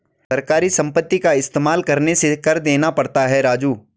सरकारी संपत्ति का इस्तेमाल करने से कर देना पड़ता है राजू